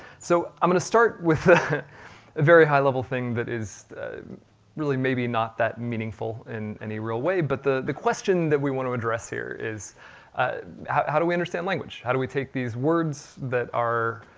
so, i'm going to start with a very high level thing that is really maybe not that meaningful in any real way, but the the question that we want to address address here is how how do we understand language? how do we take these words that are